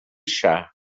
chá